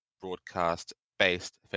broadcast-based